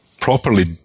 properly